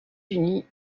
unis